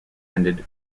ended